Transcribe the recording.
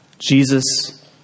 Jesus